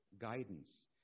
guidance